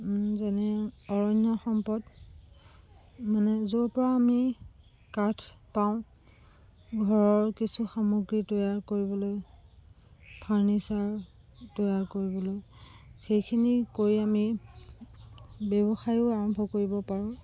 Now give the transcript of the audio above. যেনে অৰণ্য সম্পদ মানে য'ৰ পৰা আমি কাঠ পাওঁ ঘৰৰ কিছু সামগ্ৰী তৈয়াৰ কৰিবলৈ ফাৰ্নিচাৰ তৈয়াৰ কৰিবলৈ সেইখিনি কৰি আমি ব্যৱসায়ো আৰম্ভ কৰিব পাৰোঁ